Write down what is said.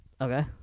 Okay